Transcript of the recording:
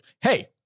Hey